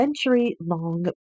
century-long